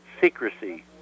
secrecy